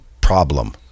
problem